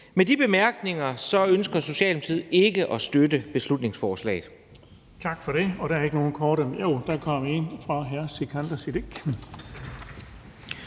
Med de bemærkninger ønsker Socialdemokratiet ikke at støtte beslutningsforslaget.